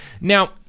Now